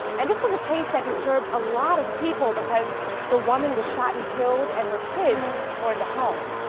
and this is a case that disturbed a lot of people because the woman was shot and killed and her kids were in the home.